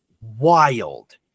wild